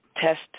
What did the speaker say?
test